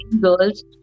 girls